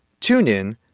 TuneIn